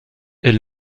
elle